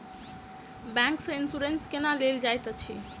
bank सँ insurance केना लेल जाइत अछि